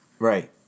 Right